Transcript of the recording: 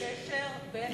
אין קשר בין הדברים.